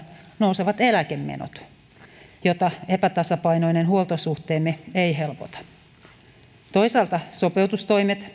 nousevat eläkemenot mitä epätasapainoinen huoltosuhteemme ei helpota toisaalta sopeutustoimet